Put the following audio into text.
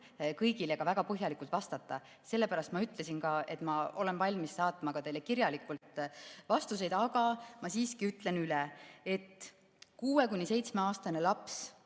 kõigile väga põhjalikult vastata. Sellepärast ma ütlesin, et ma olen valmis saatma teile kirjalikult vastuseid. Aga ma siiski ütlen üle, et 6–7‑aastane laps